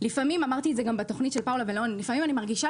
לפעמים אמרתי את זה גם בתוכנית של פאולה ולאון אני מרגישה